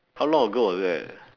how long ago was that